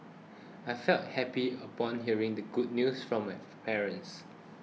I felt happy upon hearing the good news from my parents